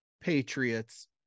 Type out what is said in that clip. Patriots